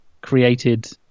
created